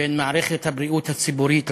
בין מערכת הבריאות הציבורית לפרטית.